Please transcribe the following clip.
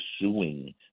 suing